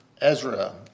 Ezra